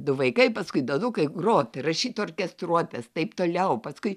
du vaikai paskui du anūkai grot rašyt orkestruotes taip toliau paskui